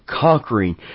conquering